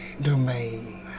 domain